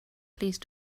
please